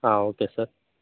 ಹಾಂ okay sir